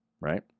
right